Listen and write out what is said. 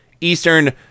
Eastern